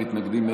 אין מתנגדים,